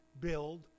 build